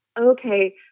okay